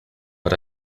but